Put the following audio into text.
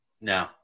no